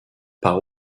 par